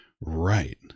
Right